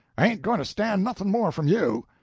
i ain't goin' to stand nothin' more from you!